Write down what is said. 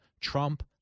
Trump